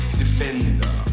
defender